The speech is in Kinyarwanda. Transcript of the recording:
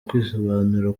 kwisobanura